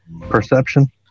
Perception